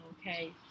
okay